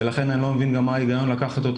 לכן אני לא מבין מה ההיגיון למסות